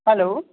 hello